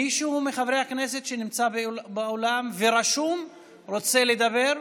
מישהו מחברי הכנסת שנמצא באולם ורשום רוצה לדבר?